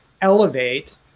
elevate